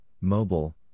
mobile